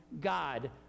God